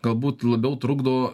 galbūt labiau trukdo